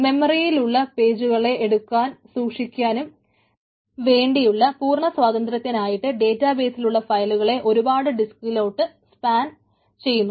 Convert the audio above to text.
മെമ്മറിയിലുള്ള പേജുകളെ എടുക്കാനും സൂക്ഷിക്കാനും വേണ്ടിയുള്ള പൂർണ സ്വാതന്ത്ര്യത്തിനായിട്ട് ഡേറ്റാബേസിലുള്ള ഫയലുകളെ ഒരുപാട് ഡിസ്കുകളിലോട്ടു സ്പാൻ ചെയ്യുന്നു